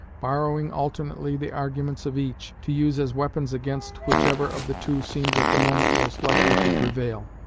borrowing alternately the arguments of each, to use as weapons against whichever of the two seems at the moment most likely to prevail.